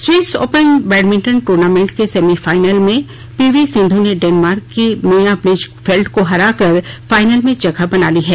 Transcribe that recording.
Swiss open badminton tournament के semifinal में PV Sindhu ने डेनमार्क की मिया ब्लिच फेल्ड को हराकर फाइनल में जगह बना ली है